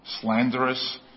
slanderous